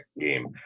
game